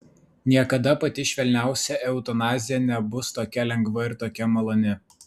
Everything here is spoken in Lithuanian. niekada pati švelniausia eutanazija nebus tokia lengva ir tokia maloni